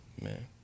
Man